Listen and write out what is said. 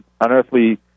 unearthly